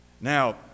Now